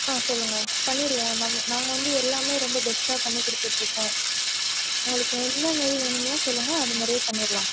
ஆ சொல்லுங்கள் பண்ணிவிடுவோம் நா நாங்கள் வந்து எல்லாமே ரொம்ப பெஸ்ட்டாக பண்ணி கொடுத்துட்டு இருக்கோம் உங்களுக்கு என்னமாரி வேணுமோ சொல்லுங்கள் அதுமாதிரியே பண்ணிர்லாம்